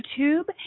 YouTube